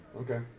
Okay